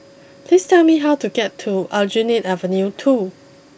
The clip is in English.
please tell me how to get to Aljunied Avenue two